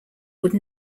would